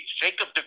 Jacob